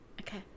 Okay